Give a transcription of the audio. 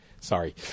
Sorry